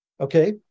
Okay